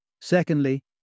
Secondly